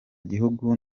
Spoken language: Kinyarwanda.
gihugu